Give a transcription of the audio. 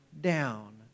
down